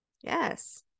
yes